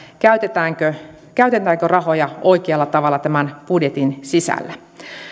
käytetäänkö käytetäänkö rahoja oikealla tavalla tämän budjetin sisällä